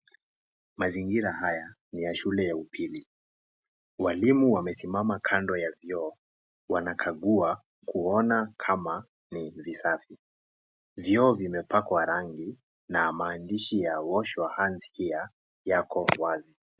Mazingira haya ni ya shule ya upili. Walimu wamesimama kando ya vyoo. wanakagua kuona kama ni visafi. Vyoo vimepakwa rangi na maandishi ya wash your hands here yako wazi.